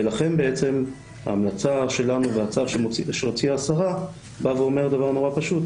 ולכן ההמלצה שלנו והצו שהוציאה השרה בא ואומר דבר נורא פשוט,